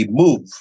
move